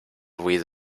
with